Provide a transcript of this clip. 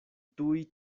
tuj